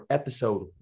episode